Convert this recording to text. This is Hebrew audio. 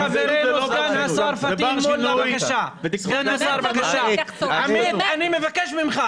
אני מבקש מכם,